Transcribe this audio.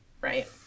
Right